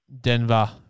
Denver